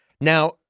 Now